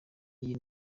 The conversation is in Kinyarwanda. iyi